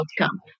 outcome